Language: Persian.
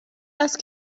هست